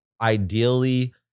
Ideally